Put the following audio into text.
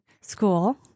school